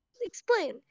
explain